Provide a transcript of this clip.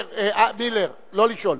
מילר, לא לשאול.